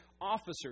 officers